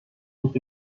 nicht